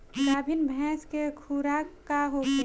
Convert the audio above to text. गाभिन भैंस के खुराक का होखे?